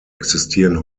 existieren